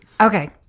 Okay